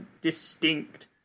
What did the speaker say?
distinct